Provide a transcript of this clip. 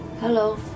Hello